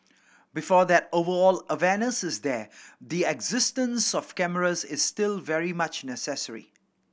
before that overall awareness is there the existence of cameras is still very much necessary